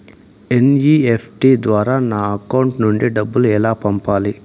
NEFT ద్వారా నా account నుండి డబ్బులు ఎలా పంపాలి